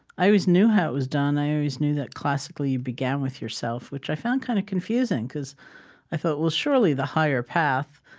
i always knew how it was done. i always knew that classically you began with yourself, which i found kind of confusing cause i felt, well, surely the higher path,